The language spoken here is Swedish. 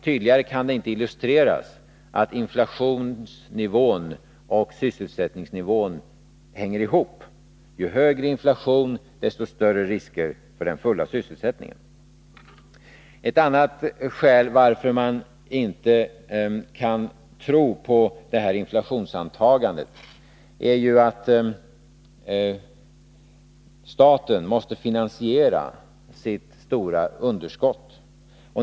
Tydligare kan det inte illustferas att inflationsnivån och sysselsättningsnivån hänger ihop: ju högre inflation, desto större risker för den fulla sysselsättningen. Ett annat skäl till att man inte kan tro på det här inflationsantagandet är att staten måste finansiera sitt underskott.